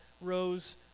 rose